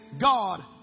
God